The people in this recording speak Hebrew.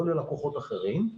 לא ללקוחות אחרים.